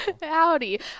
Howdy